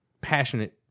passionate